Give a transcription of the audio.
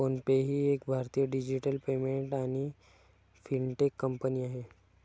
phone पे ही एक भारतीय डिजिटल पेमेंट आणि फिनटेक कंपनी आहे